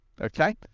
Okay